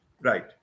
Right